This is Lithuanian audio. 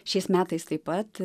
šiais metais taip pat